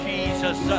Jesus